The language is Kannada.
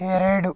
ಎರಡು